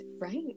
right